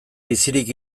bizirik